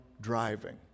driving